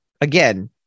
again